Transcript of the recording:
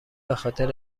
بخاطر